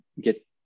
get